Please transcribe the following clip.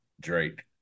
Drake